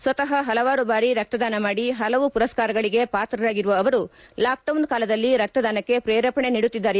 ಸ್ವತಃ ಪಲವಾರು ಬಾರಿ ರಕ್ತದಾನ ಮಾಡಿ ಪಲವು ಮರಸ್ಕಾರಗಳಿಗೆ ಪಾತ್ರರಾಗಿರುವ ಅವರು ಲಾಕ್ಡೌನ್ ಕಾಲದಲ್ಲಿ ರಕ್ತದಾನಕ್ಕೆ ಪ್ರೇರೇಪಣೆ ನೀಡುತ್ತಿದ್ದಾರೆ